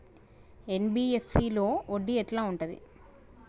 NBFC లో వడ్డీ ఎట్లా ఉంటది?